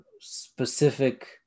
specific